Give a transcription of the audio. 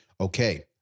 Okay